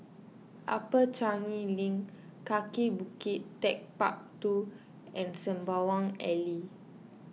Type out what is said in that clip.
Upper Changi Link Kaki Bukit Techpark two and Sembawang Alley